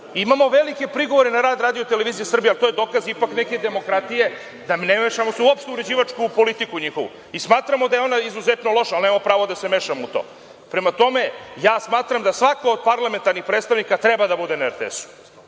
Imamo velike prigovore na rad RTS-a, ali to je dokaz ipak neke demokratije. Ne mešamo se uopšte u uređivačku politiku njihovu. Smatramo da je ona izuzetno loša, ali nemamo pravo da se mešamo u to. Prema tome, ja smatram da svako od parlamentarnih predstavnika treba da bude na RTS-u